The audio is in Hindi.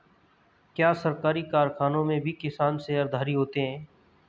क्या सरकारी कारखानों में भी किसान शेयरधारी होते हैं?